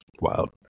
Wild